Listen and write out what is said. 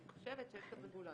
אני חושבת שיש את הרגולטור,